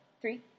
three